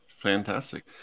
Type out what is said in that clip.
Fantastic